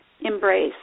embrace